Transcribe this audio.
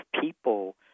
people